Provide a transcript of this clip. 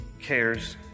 cares